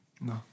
No